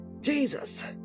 Jesus